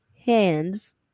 hands